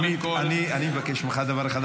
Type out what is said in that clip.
אני מבקש ממך דבר אחד,